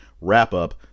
wrap-up